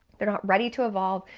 they're not ready to evolve,